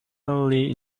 early